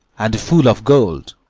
and full of gold